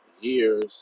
years